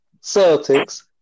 Celtics